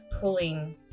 pulling